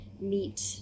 meet